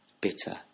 bitter